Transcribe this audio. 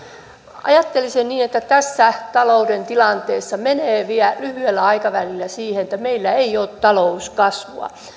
ajattelisin niin että tässä talouden tilanteessa mennään lyhyellä aikavälillä siihen että meillä ei ole talouskasvua